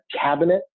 cabinet